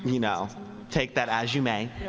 you know take that as you may.